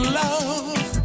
love